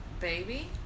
Baby